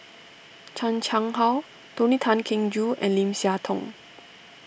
Chan Chang How Tony Tan Keng Joo and Lim Siah Tong